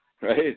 right